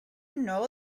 know